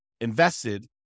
invested